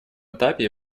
этапе